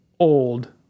old